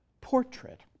portrait